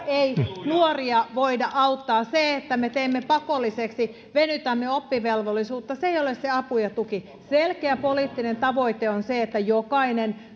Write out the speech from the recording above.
ei nuoria voida auttaa se että me teemme sen pakolliseksi venytämme oppivelvollisuutta ei ole se apu ja tuki selkeä poliittinen tavoite on se että jokainen